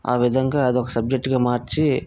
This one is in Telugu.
ఆ విధంగా అదొక సబ్జెక్టుగా మార్చి